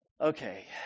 Okay